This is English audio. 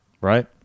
Right